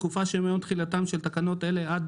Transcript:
בתקופה שמיום תחילתן של תקנות אלה עד